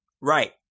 Right